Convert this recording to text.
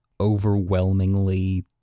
overwhelmingly